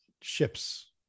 ships